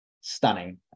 stunning